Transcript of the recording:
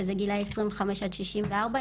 שזה גילאי עשרים וחמש עד שישים וארבע,